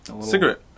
Cigarette